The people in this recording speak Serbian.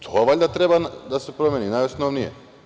To valjda treba da se promeni, najosnovnije.